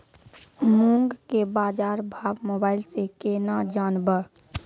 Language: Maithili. मूंग के बाजार भाव मोबाइल से के ना जान ब?